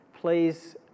Please